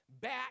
back